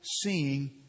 seeing